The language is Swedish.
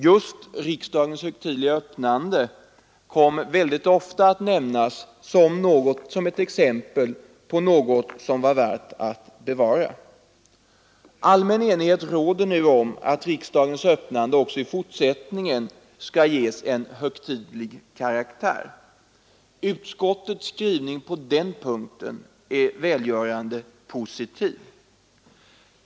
Just riksdagens högtidliga öppnande kom ofta att nämnas som ett exempel på något som var värt att bevara. Allmän enighet råder nu om att riksdagens öppnande också i fortsättningen skall ges en högtidlig karaktär. Utskottets skrivning är på den punkten välgörande positiv.